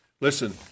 Listen